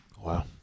Wow